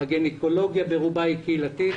הגניקולוגיה ברובה היא קהילתית,